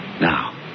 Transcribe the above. Now